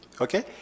Okay